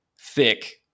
thick